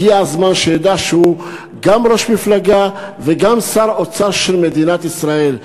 הגיע הזמן שידע שהוא גם ראש מפלגה וגם שר האוצר של מדינת ישראל.